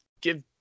give